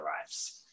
arrives